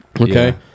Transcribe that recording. Okay